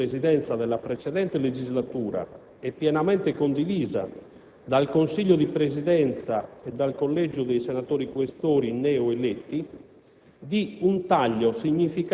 assunta dal Consiglio di Presidenza della precedente legislatura e pienamente condivisa dal Consiglio di Presidenza e dal Collegio dei senatori Questori neoeletti,